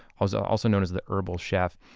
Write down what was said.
ah so also known as the herbal chef,